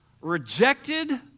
Rejected